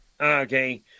Okay